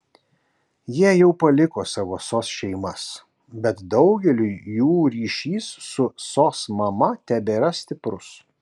jie jau paliko savo sos šeimas bet daugeliui jų ryšys su sos mama tebėra stiprus